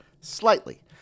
slightly